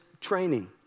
training